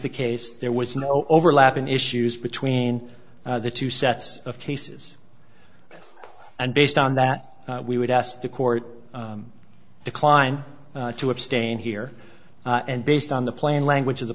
the case there was no overlap in issues between the two sets of cases and based on that we would ask the court decline to abstain here and based on the plain language of the